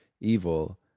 evil